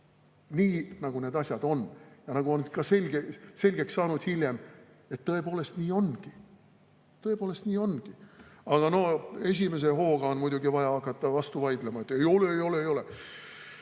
nii, nagu need asjad on ja nagu on selgeks saanud hiljem, et tõepoolest nii ongi. Tõepoolest nii ongi! Aga esimese hooga on muidugi vaja hakata vastu vaidlema, et ei ole, ei ole, ei ole.